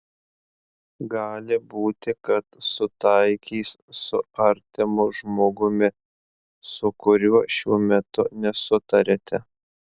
gali būti kad sutaikys su artimu žmogumi su kuriuo šiuo metu nesutariate